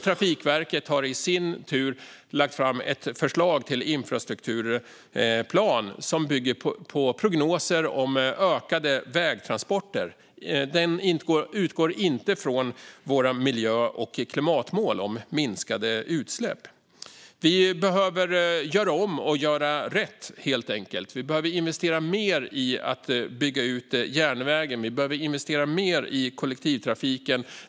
Trafikverket har i sin tur lagt fram ett förslag till infrastrukturplan som bygger på prognoser om ökade vägtransporter och inte utgår från våra miljö och klimatmål om minskade utsläpp. Vi behöver göra om och göra rätt, helt enkelt. Vi behöver investera mer i att bygga ut järnvägen och investera mer i kollektivtrafiken.